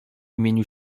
imieniu